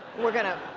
we're going to.